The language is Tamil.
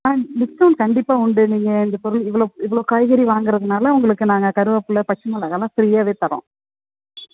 ஆ டிஸ்கௌண்ட் கண்டிப்பாக உண்டு நீங்கள் இந்த பொருள் இவ்வளோ இவ்வளோ காய்கறி வாங்கிறதுனால உங்களுக்கு நாங்கள் கருவேப்பில பச்சமிளகாலாம் ஃப்ரீயாவே தரோம்